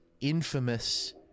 infamous